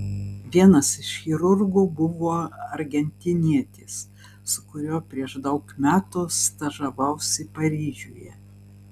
vienas iš chirurgų buvo argentinietis su kuriuo prieš daug metų stažavausi paryžiuje